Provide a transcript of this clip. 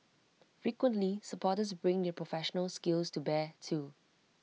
frequently supporters bring their professional skills to bear too